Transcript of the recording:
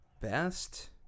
Best